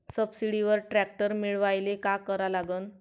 सबसिडीवर ट्रॅक्टर मिळवायले का करा लागन?